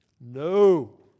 No